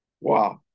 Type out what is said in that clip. Wow